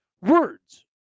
Words